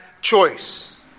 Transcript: choice